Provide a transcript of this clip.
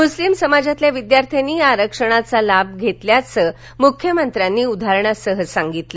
मुस्लीम समाजातल्या विद्यार्थ्यांनी या आरक्षणाचा लाभ घेतला असल्याचं मुख्यमंत्र्यांनी उदाहरणासह सांगितलं